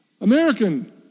American